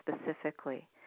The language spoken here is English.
specifically